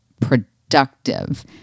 productive